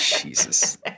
Jesus